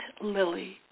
lily